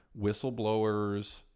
whistleblowers